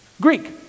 Greek